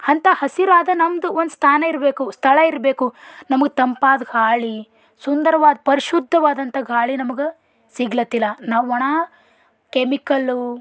ಅಂಥ ಹಸಿರಾದ ನಮ್ಮದು ಒಂದು ಸ್ಥಾನ ಇರಬೇಕು ಸ್ಥಳ ಇರಬೇಕು ನಮಗೆ ತಂಪಾದ ಗಾಳಿ ಸುಂದರವಾದ ಪರಿಶುದ್ಧವಾದಂಥ ಗಾಳಿ ನಮಗೆ ಸಿಗ್ಲತ್ತಿಲ್ಲ ನಾವು ಒಣ ಕೆಮಿಕಲ್ಲು